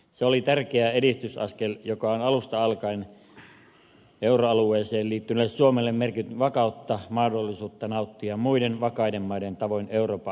se oli tärkeä edistysaskel joka on alusta alkaen euroalueeseen liittyneelle suomelle merkinnyt vakautta mahdollisuutta nauttia muiden vakaiden maiden tavoin euroopan alhaisimmista koroista